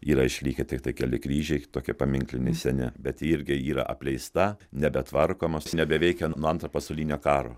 yra išlikę tiktai keli kryžiai tokie paminkliniai seni bet irgi yra apleista nebetvarkomos nebeveikia nuo antro pasaulinio karo